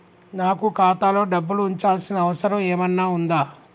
నాకు ఖాతాలో డబ్బులు ఉంచాల్సిన అవసరం ఏమన్నా ఉందా?